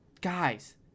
guys